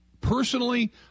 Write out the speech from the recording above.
Personally